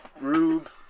Rube